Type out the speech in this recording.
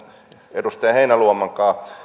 edustaja heinäluoman kanssa